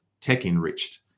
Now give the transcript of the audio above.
tech-enriched